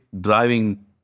driving